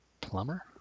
plumber